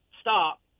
stop